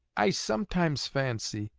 i sometimes fancy,